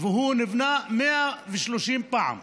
והוא נבנה 130 פעם.